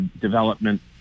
development